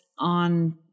On